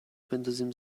بندازیم